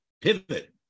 pivot